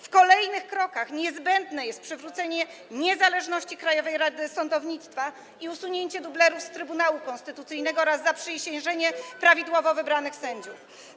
W kolejnych krokach niezbędne jest przywrócenie niezależności Krajowej Rady Sądownictwa i usunięcie dublerów z Trybunału Konstytucyjnego oraz zaprzysiężenie prawidłowo wybranych sędziów.